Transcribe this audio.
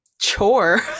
chore